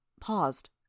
paused